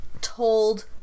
told